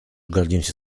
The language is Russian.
гордимся